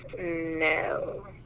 No